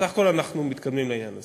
בסך הכול אנחנו מתקדמים בעניין הזה.